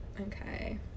okay